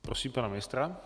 Prosím pana ministra.